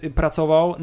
pracował